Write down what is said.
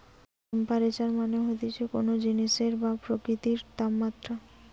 temperature মানে হতিছে কোন জিনিসের বা প্রকৃতির তাপমাত্রা